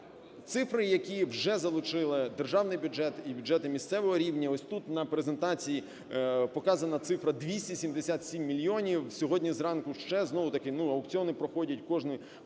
Цифри, які вже залучили в Державний бюджет і бюджети місцевого рівня, ось тут на презентації показана цифра 277 мільйонів, сьогодні зранку ще, знову-таки аукціони проходять кожної